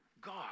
God